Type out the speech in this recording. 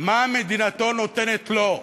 מה מדינתו נותנת לו.